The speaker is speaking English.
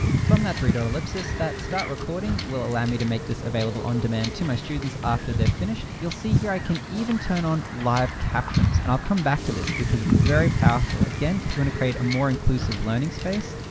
from that three dot ellipses, that start recording will allow me to make this available on-demand to my students after they're finished. you'll see here, i can even turn on live captions and i'll come back to this because it's very powerful. again, if you wanna and create a more inclusive learning space,